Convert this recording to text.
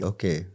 Okay